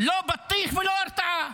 לא בטיח ולא הרתעה.